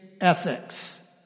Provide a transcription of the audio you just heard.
ethics